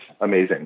amazing